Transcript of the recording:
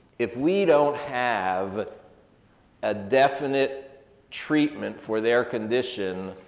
if we don't have a definite treatment for their condition,